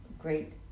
great